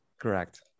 Correct